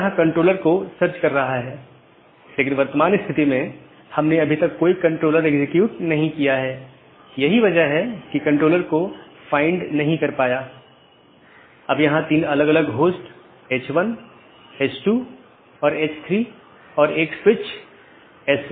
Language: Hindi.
मुख्य रूप से दो BGP साथियों के बीच एक TCP सत्र स्थापित होने के बाद प्रत्येक राउटर पड़ोसी को एक open मेसेज भेजता है जोकि BGP कनेक्शन खोलता है और पुष्टि करता है जैसा कि हमने पहले उल्लेख किया था कि यह कनेक्शन स्थापित करता है